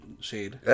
shade